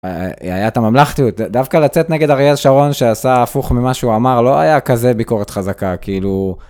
היה את הממלכתיות, דווקא לצאת נגד אריאל שרון שעשה הפוך ממה שהוא אמר לא היה כזה ביקורת חזקה כאילו.